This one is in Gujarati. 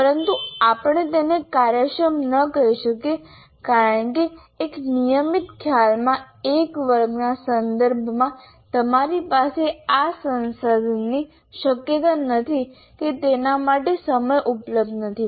પરંતુ આપણે તેને કાર્યક્ષમ ન કહી શકીએ કારણ કે એક નિયમિત ખ્યાલમાં એક વર્ગના સંદર્ભમાં તમારી પાસે આ સંસાધનની શક્યતા નથી કે તેના માટે સમય ઉપલબ્ધ નથી